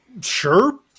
Sure